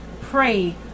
pray